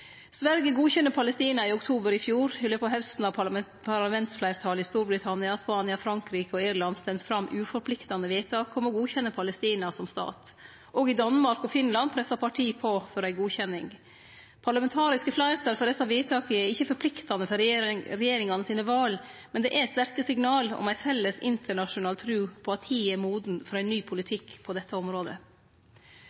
Sverige godkjende Palestina i oktober i fjor. I løpet av hausten har parlamentsfleirtal i Storbritannia, Spania, Frankrike og Irland stemt fram uforpliktande vedtak om å godkjenne Palestina som stat. Også i Danmark og Finland pressar parti på for ei godkjenning. Parlamentariske fleirtal for desse vedtaka er ikkje forpliktande for regjeringane sine val, men det er sterke signal om ei felles internasjonal tru på at tida er moden for ein ny